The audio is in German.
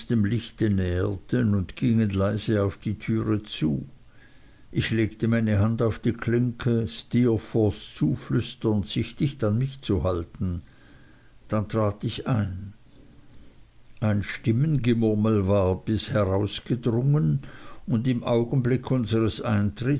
näherten und gingen leise auf die türe zu ich legte meine hand auf die klinke steerforth zuflüsternd sich dicht an mich zu halten dann trat ich ein ein stimmengemurmel war bis heraus gedrungen und im augenblick unseres eintritts